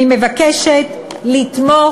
אני מבקשת לתמוך.